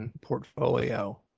portfolio